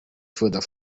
the